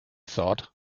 thought